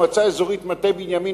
המועצה האזורית מטה-בנימין,